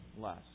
less